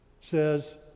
says